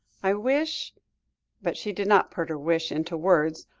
i wish but she did not put her wish into words,